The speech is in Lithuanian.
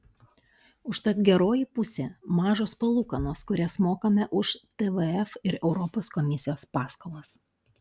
užtat geroji pusė mažos palūkanos kurias mokame už tvf ir europos komisijos paskolas